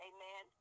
Amen